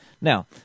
Now